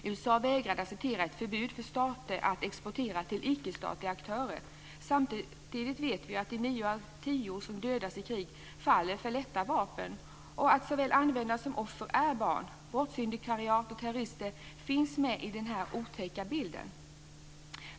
USA vägrade acceptera ett förbud mot stater att exportera till icke-statliga aktörer. Samtidigt vet vi att nio av tio som dödas i krig faller för lätta vapen och att såväl användare som offer är barn. Brottssyndikat och terrorister finns med i den här otäcka bilden.